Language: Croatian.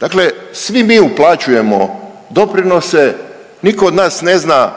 Dakle, svi mi uplaćujemo doprinose. Nitko od nas ne zna